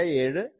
77dB ആണ്